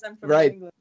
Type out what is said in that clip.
right